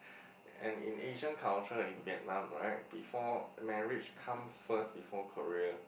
and in Asian culture in Vietnam right before marriage comes first before career